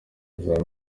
muzaba